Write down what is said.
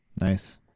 Nice